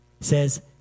Says